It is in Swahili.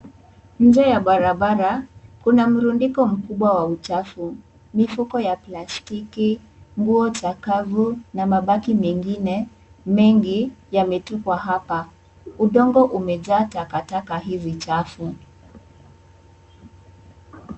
Nje ya barabara, kuna mrundiko mkubwa wa uchafu, mifuko ya plastiki, nguo chakavu na mabaki mengine mengi yametupwa hapa. Udongo umejaa takataka hizi chafu.